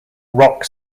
rock